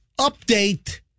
Update